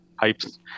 pipes